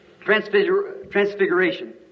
Transfiguration